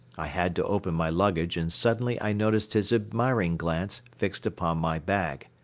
i had to open my luggage and suddenly i noticed his admiring glance fixed upon my bag.